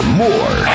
more